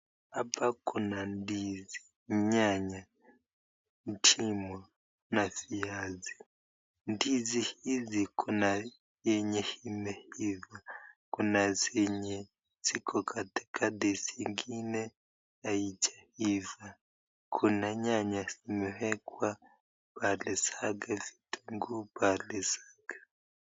Hapa kuna ndizi, nyanya, ndimu na viazi. Ndizi hizi kuna yenye imeiva na kuna zingine ziko katikati na zingine hazijaiva. Kuna nyanya zimeekwa pahali zake na kitunguu pahali zake.